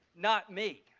not me.